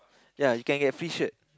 ya you can get free shirt